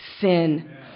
sin